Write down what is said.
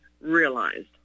realized